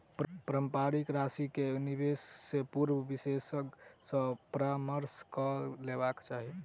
पारस्परिक राशि के निवेश से पूर्व विशेषज्ञ सॅ परामर्श कअ लेबाक चाही